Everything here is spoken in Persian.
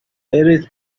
برید